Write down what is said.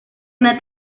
una